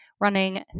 running